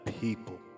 people